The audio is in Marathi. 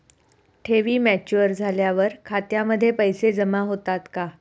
ठेवी मॅच्युअर झाल्यावर खात्यामध्ये पैसे जमा होतात का?